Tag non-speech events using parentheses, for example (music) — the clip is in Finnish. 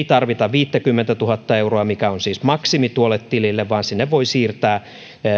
(unintelligible) tarvita viittäkymmentätuhatta euroa mikä on siis maksimi tuolle tilille vaan sinne voi siirtää